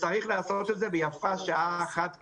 צריך לעשות את זה, ויפה שעה אחת קודם.